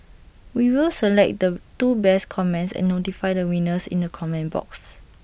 we will select the two best comments and notify the winners in the comments box